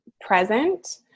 present